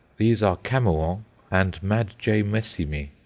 these are camoens and mad. j. messimy.